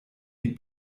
die